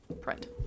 print